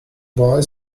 buy